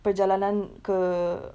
perjalanan ke